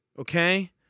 okay